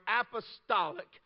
apostolic